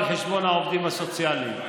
לא על חשבון העובדים הסוציאליים.